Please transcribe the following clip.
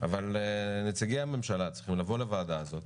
אבל נציגי הממשלה צריכים לבוא לוועדה הזאת